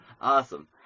Awesome